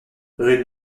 rue